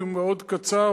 כי הוא מאוד קצר,